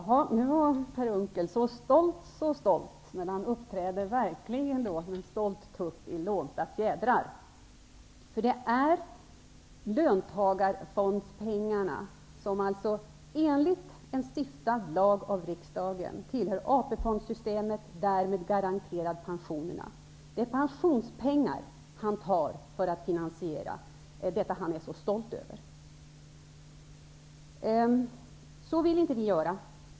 Herr talman! Jaha, nu är Per Unckel så stolt, så stolt. Men han uppträder då verkligen som en stolt tupp i lånta fjädrar. Löntagarfondspengarna tillhör -- enligt en lag som är stiftad av riksdagen -- AP-fondsystemet och garanterar därmed pensionerna. Det är pensionspengar han tar för sin finansiering. Det är detta som han är så stolt över. Så vill inte vi göra.